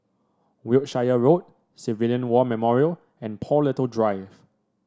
Wiltshire Road Civilian War Memorial and Paul Little Drive